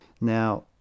now